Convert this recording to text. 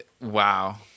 Wow